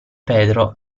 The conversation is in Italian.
pedro